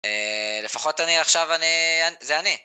אה... לפחות אני עכשיו אני... זה אני